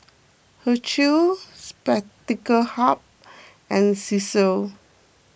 Herschel Spectacle Hut and Cesar